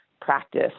practice